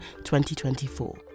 2024